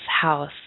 house